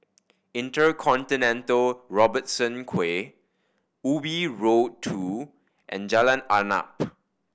InterContinental Robertson Quay Ubi Road Two and Jalan Arnap